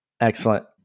excellent